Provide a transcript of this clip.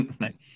nice